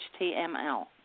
html